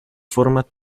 forma